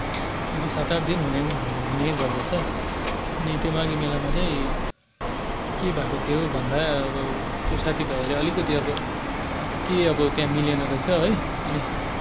अनि सात आठ दिन हुने हुने गर्दछ अनि त्यो माघे मेलामा चाहिँ के भएको थियो भन्दा त्यो साथीभाइहरूले अलिकति के अब त्यहाँ मिलेन रहेछ है अनि